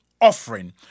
offering